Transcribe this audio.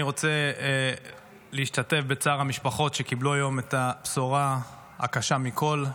אני רוצה להשתתף בצער המשפחות שקיבלו היום את הבשורה הקשה מכול.